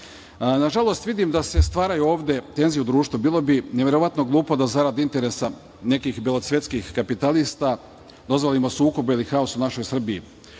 prava. Nažalost vidim da se ovde stvaraju tenzije u društvu. Bilo bi neverovatno glupo da zarad interesa nekih belosvetskih kapitalista dozvolimo sukobe ili haos u našoj Srbiji.